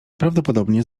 prawdopodobnie